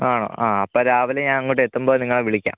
ആണോ ആ അപ്പോൾ രാവിലെ ഞാൻ അങ്ങോട്ടെത്തുമ്പോൾ നിങ്ങളെ വിളിക്കാം